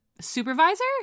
supervisor